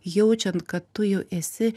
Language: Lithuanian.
jaučiant kad tu jau esi